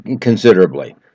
considerably